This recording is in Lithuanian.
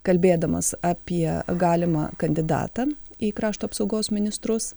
kalbėdamas apie galimą kandidatą į krašto apsaugos ministrus